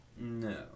No